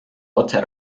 otse